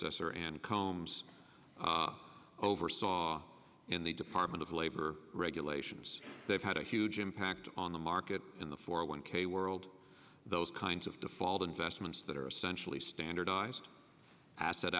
predecessor and combs oversaw in the department of labor regulations that had a huge impact on the market in the four one k world those kinds of default investments that are essentially standardized asset